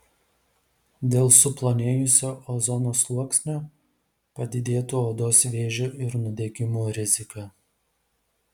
dėl suplonėjusio ozono sluoksnio padidėtų odos vėžio ir nudegimų rizika